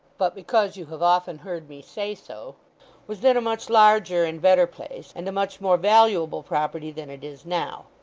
but because you have often heard me say so was then a much larger and better place, and a much more valuable property than it is now.